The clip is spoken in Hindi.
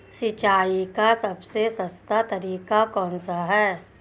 सिंचाई का सबसे सस्ता तरीका कौन सा है?